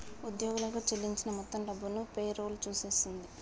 ఉద్యోగులకు చెల్లించిన మొత్తం డబ్బును పే రోల్ సూచిస్తది